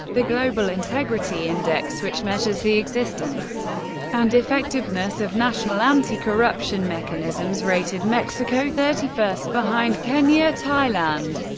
the global integrity index which measures the existence and effectiveness of national anti-corruption mechanisms rated mexico thirty first behind kenya, thailand,